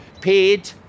paid